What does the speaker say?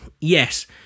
yes